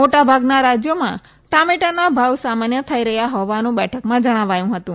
મોટાભાગના રાજયોમાં ટામેટાના ભાવ સામાનય થઇ રહયાં હોવાનું બેઠકમાં જણાવાયુ હતું